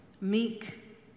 meek